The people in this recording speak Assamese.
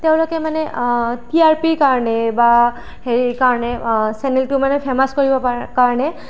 তেওঁলোকে মানে টি আৰ পিৰ কাৰণে বা হেৰিৰ কাৰণে চেনেলটো মানে ফেমাচ কৰিবৰ কাৰণে